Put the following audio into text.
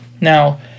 Now